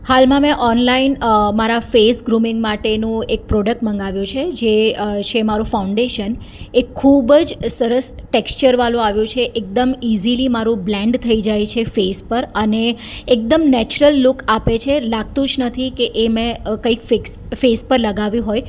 હાલમાં મેં ઓનલાઈન મારા ફેસ ગૃમીંગ માટેનું એક પ્રોડક્ટ મંગાવ્યું છે જે શેમારુ ફાઉન્ડેશન એ ખૂબ જ સરસ ટેક્સચરવાળું આવ્યું છે એકદમ ઇઝીલી મારું બ્લેન્ડ થઈ જાય છે ફેસ પર અને એકદમ નેચરલ લુક આપે છે લાગતું જ નથી કે એ મેં કંઈક ફેસ ફેસ પર લગાવ્યું હોય